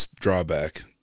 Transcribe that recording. drawback